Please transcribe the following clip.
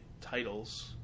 titles